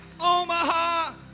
Omaha